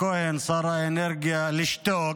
צריך לשתוק.